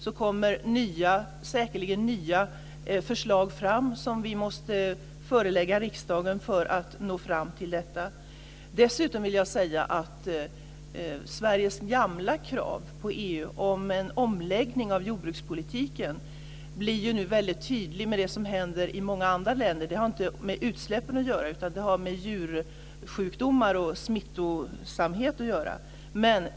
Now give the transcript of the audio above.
Det kommer säkerligen fram nya förslag som vi måste förelägga riksdagen för att nå fram till detta. Sveriges gamla krav på EU om en omläggning av jordbrukspolitiken blir nu väldigt tydlig med det som händer i många andra länder. Det har inte med utsläppen att göra, utan det handlar om djursjukdomar och smittsamhet.